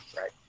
right